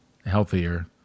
healthier